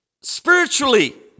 spiritually